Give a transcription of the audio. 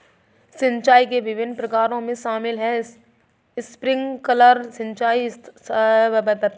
सिंचाई के विभिन्न प्रकारों में शामिल है स्प्रिंकलर सिंचाई, सतही सिंचाई, उप सिंचाई और मैनुअल सिंचाई